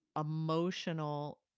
emotional